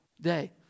day